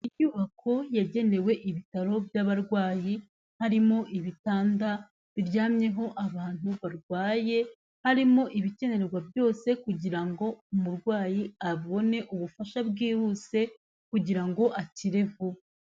Inyubako yagenewe ibitaro by'abarwayi harimo ibitanda biryamyeho abantu barwaye, harimo ibikenerwa byose kugira ngo umurwayi abone ubufasha bwihuse kugira akire vuba.